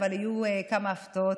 אבל יהיו כמה הפתעות,